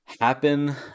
happen